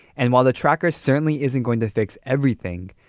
and while the tracker certainly isn't going to fix everything,